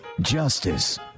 justice